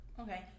Okay